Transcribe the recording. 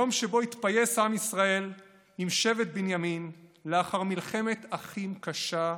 יום שבו התפייס עם ישראל עם שבט בנימין לאחר מלחמת אחים קשה ביותר,